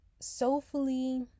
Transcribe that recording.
soulfully